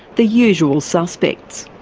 the usual suspects.